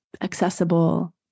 accessible